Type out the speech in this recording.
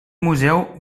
museu